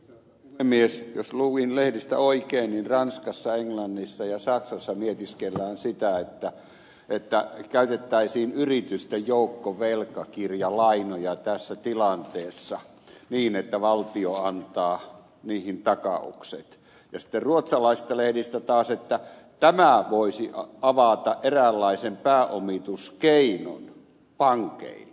jos luin lehdistä oikein niin ranskassa englannissa ja saksassa mietiskellään sitä että käytettäisiin yritysten joukkovelkakirjalainoja tässä tilanteessa niin että valtio antaa niihin takaukset ja sitten ruotsalaisista lehdistä taas luin että tämä voisi avata eräänlaisen pääomituskeinon pankeille